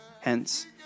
Hence